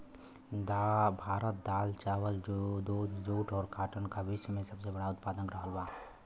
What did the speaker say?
भारत दाल चावल दूध जूट और काटन का विश्व में सबसे बड़ा उतपादक रहल बा